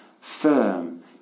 firm